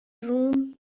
روم